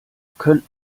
könnt